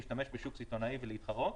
להשתמש בשוק סיטונאי ולהתחרות.